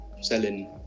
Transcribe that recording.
selling